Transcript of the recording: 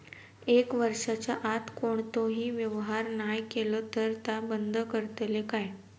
एक वर्षाच्या आत कोणतोही व्यवहार नाय केलो तर ता बंद करतले काय?